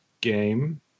game